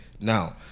now